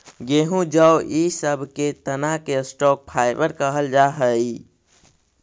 गेहूँ जौ इ सब के तना के स्टॉक फाइवर कहल जा हई